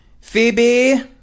Phoebe